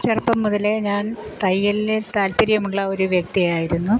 ചെറുപ്പം മുതലേ ഞാൻ തയ്യലിൽ താൽപ്പര്യമുള്ള ഒരു വ്യക്തിയായിരുന്നു